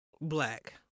Black